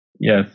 Yes